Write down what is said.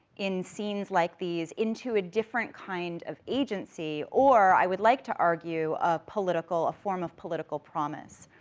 in scenes like these, into a different kind of agency, or, i would like to argue, a political, a form of political promise.